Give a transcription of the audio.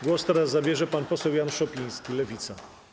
Głos teraz zabierze pan poseł Jan Szopiński, Lewica.